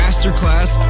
Masterclass